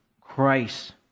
Christ